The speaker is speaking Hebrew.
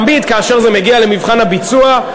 שתמיד כשזה מגיע למבחן הביצוע,